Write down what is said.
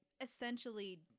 essentially